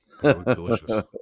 Delicious